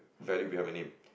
value behind my name